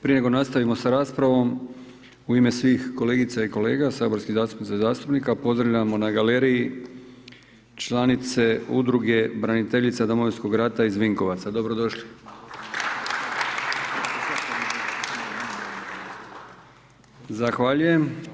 Prije nego nastavimo sa raspravom, u ime svih kolegica i kolega, saborskih zastupnica i zastupnika, pozdravljamo na galeriji članice Udruge braniteljica Domovinskog rata iz Vinkovaca, dobrodošli. Zahvaljujem.